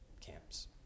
camps